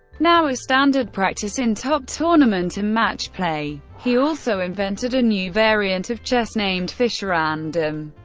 now a standard practice in top tournament and match play. he also invented a new variant of chess named fischerandom.